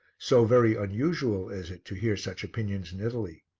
so very unusual is it to hear such opinions in italy.